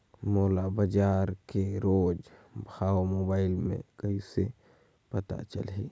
मोला बजार के रोज भाव मोबाइल मे कइसे पता चलही?